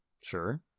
Sure